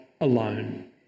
alone